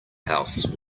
house